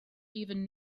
even